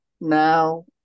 Now